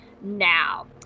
now